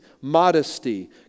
modesty